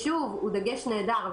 והוא דגש נהדר.